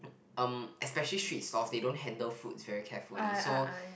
um especially street stalls they don't handle food very carefully so